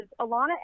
Alana